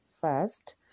first